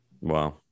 Wow